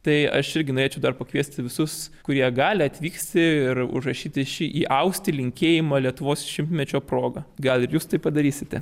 tai aš irgi norėčiau dar pakviesti visus kurie gali atvykti ir užrašyti šį įausti linkėjimą lietuvos šimtmečio proga gal ir jūs tai padarysite